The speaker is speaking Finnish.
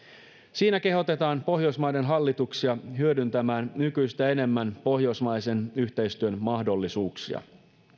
siinä kehotetaan pohjoismaiden hallituksia hyödyntämään nykyistä enemmän pohjoismaisen yhteistyön mahdollisuuksia